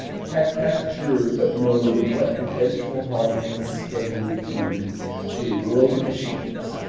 had pasteur but known what eventual harm his discovery would do to a world of cheese,